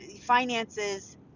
finances